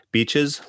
Beaches